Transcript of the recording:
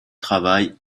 travaille